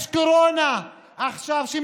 יש עכשיו קורונה שמתפשטת